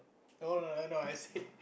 no no no I say